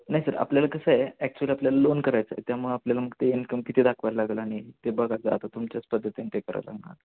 नाही सर आपल्याला कसं आहे ॲक्च्युअली आपल्याला लोन करायचं आहे त्यामुळं आपल्याला मग ते इन्कम किती दाखवायला लागंल आणि ते बघायचं आता तुमच्याच पद्धतीने ते करावं लागणार